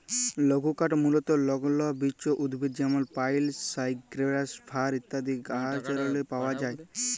লঘুকাঠ মূলতঃ লগ্ল বিচ উদ্ভিদ যেমল পাইল, সাইপ্রাস, ফার ইত্যাদি গাহাচেরলে পাউয়া যায়